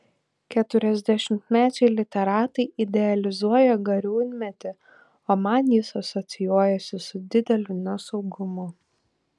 keturiasdešimtmečiai literatai idealizuoja gariūnmetį o man jis asocijuojasi su dideliu nesaugumu